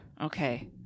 Okay